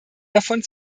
davon